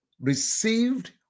received